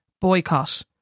boycott